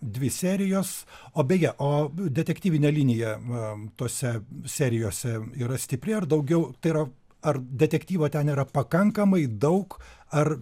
dvi serijos o beje o biu detektyvinė linija a tose serijose yra stipri ar daugiau tai yra ar detektyvo ten yra pakankamai daug ar